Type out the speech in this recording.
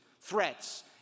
threats